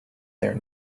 there